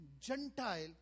Gentile